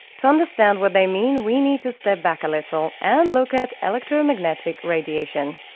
to understand what they mean, we need to step back a little and look at electro-magnetic radiation.